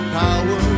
power